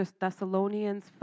Thessalonians